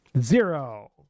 Zero